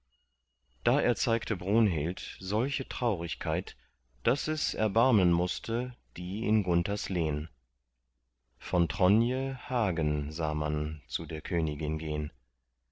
da erzeigte brunhild solche traurigkeit daß es erbarmen mußte die in gunthers lehn von tronje hagen sah man zu der königin gehn